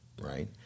right